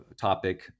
topic